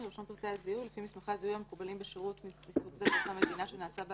אשמח לקבל כל תלונה כי אנחנו למדים מהפניות